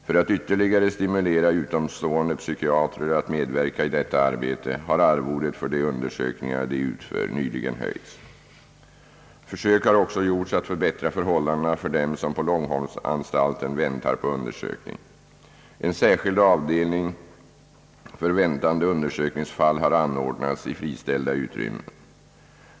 För att ytterligare stimulera utomstående psykiatrer att medverka i detta arbete har arvodet för de undersökningar, de utför, nyligen höjts. Försök har gjorts att förbättra förhållandena för dem som på Långholmsanstalten väntar på undersökning. En särskild avdelning för väntande undersökningsfall har anordnats i friställda utrymmen.